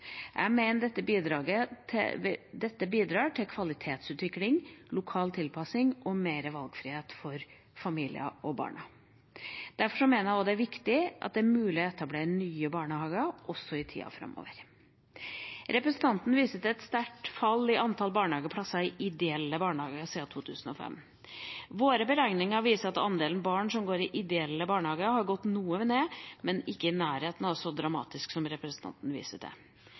Jeg mener dette bidrar til kvalitetsutvikling, lokal tilpassing og mer valgfrihet for familiene og barna. Derfor mener jeg det er viktig at det er mulig å etablere nye barnehager også i tida framover. Representanten viser til et sterkt fall i antall barnehageplasser i ideelle barnehager siden 2005. Våre beregninger viser at andelen barn som går i en ideell barnehage, har gått noe ned, men ikke i nærheten av så dramatisk som representanten viser til.